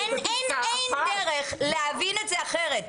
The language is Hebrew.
אין דרך להבין את זה אחרת.